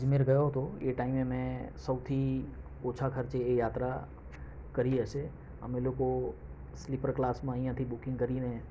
અજમેર ગયો તો એ ટાઇમે મેં સૌથી ઓછા ખર્ચે એ યાત્રા કરી હશે અમે લોકો સ્લીપર ક્લાસમાં અહીંયાંથી બૂકિંગ કરીને